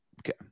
Okay